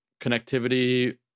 connectivity